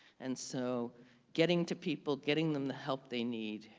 and so getting to people, getting them the help they need,